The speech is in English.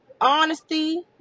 Honesty